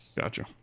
gotcha